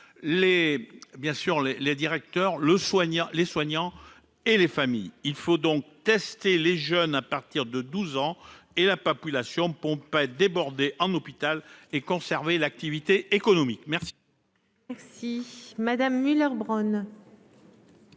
bien sûr les les directeurs le soignants les soignants et les familles, il faut donc tester les jeunes à partir de 12 ans et la Papou lation pompe pas déborder en hôpital et conserver l'activité économique, merci. Merci madame Müller Bronn.